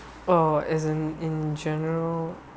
uh as in in general